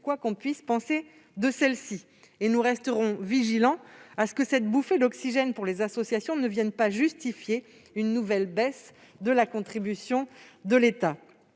quoi qu'on puisse penser de celle-ci. Nous resterons vigilants à ce que cette bouffée d'oxygène pour les associations ne vienne pas justifier une nouvelle baisse de la contribution de l'État.